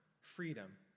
freedom